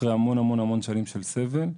אחרי המון-המון שנים של סבל.